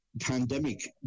pandemic